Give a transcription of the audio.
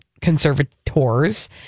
conservators